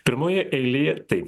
pirmoje eilėje tai